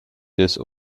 des